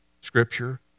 Scripture